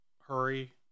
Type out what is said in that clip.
hurry